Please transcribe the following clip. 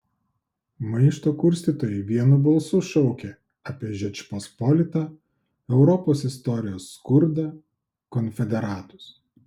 maišto kurstytojai vienu balsu šaukė apie žečpospolitą europos istorijos skurdą konfederatus